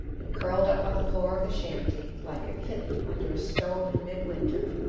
and curled up on the floor of the shanty, like a kitten under a stove in mid-winter,